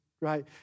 right